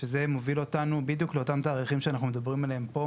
וזה מוביל אותנו בדיוק לאותם התאריכים עליהם אנחנו מדברים פה,